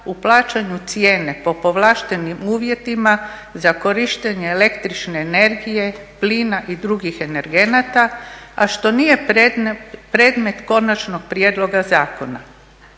u plaćanju cijene po povlaštenim uvjetima za korištenje el.energije, plina i drugih energenata, a što nije predmet konačnog prijedloga zakona.